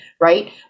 right